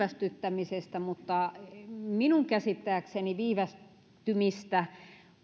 viivästyttämisestä mutta minun käsittääkseni viivästymiseen